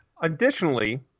Additionally